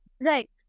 Right